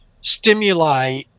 stimuli